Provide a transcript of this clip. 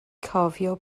cofio